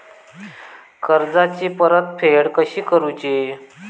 कर्जाची परतफेड कशी करूची?